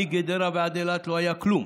מגדרה ועד אילת לא היה כלום,